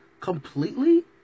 completely